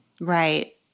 Right